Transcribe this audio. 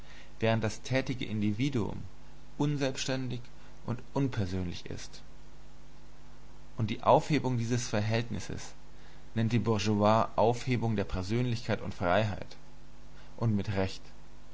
während das tätige individuum unselbständig und unpersönlich ist und die aufhebung dieses verhältnisses nennt die bourgeoisie aufhebung der persönlichkeit und freiheit und mit recht